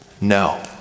No